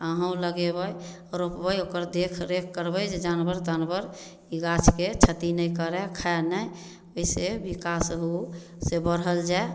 अहूँ लगेबै रोपबै ओकर देखरेख करबै जे जानबर तानबर गाछके क्षति नहि करए खाए नहि बिशेष बिकास हो से बढ़ल जाए